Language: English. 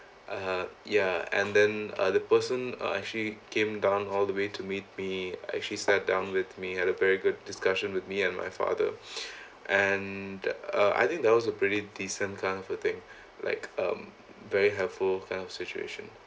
uh ya and then uh the person uh actually came down all the way to meet me actually sat down with me had a very good discussion with me and my father and uh I think that was a pretty decent kind of a thing like um very helpful kind of situation